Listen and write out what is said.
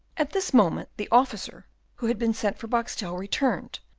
at this moment the officer who had been sent for boxtel returned,